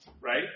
right